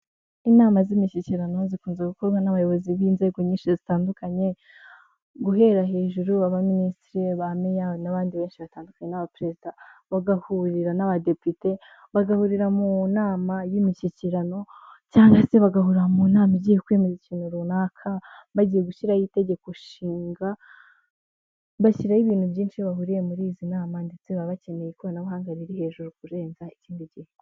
Inama z'imishyikirano zikunze gukorwa n'abayobozi b'inzego nyinshi zitandukanye guhera hejuru abaminisitiri bahamenyaya n'abandi benshi batandukanye n'abaperezida bagahurira n'abadepite bagahurira mu nama y'imishyikirano cyangwa se bagahu mu nama igiye kwemeza ikintu runaka bagiye gushyiraho itegeko nshinga bashyiraho ibintu byinshi bahuriye muri izi nama ndetse baba bakeneye ikoranabuhanga riri hejuru kurenza ikindi gihe.